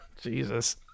Jesus